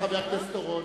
חבר הכנסת אורון,